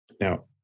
now